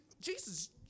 Jesus